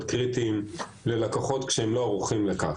קריטיים ללקוחות כשהם לא ערוכים לכך.